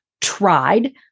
tried